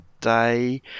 day